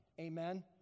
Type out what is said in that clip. Amen